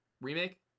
remake